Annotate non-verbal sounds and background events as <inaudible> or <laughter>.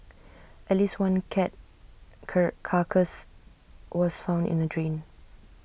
at least one cat <unintelligible> carcass was found in A drain